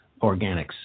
organics